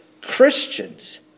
Christians